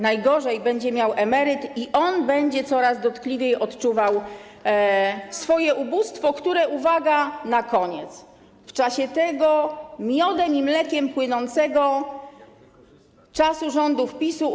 Najgorzej będzie miał emeryt i on będzie coraz dotkliwiej odczuwał swoje ubóstwo, które - uwaga na koniec - w czasie tego miodem i mlekiem płynącego czasu rządów PiS-u niestety rośnie.